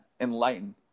enlightened